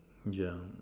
yeah